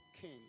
king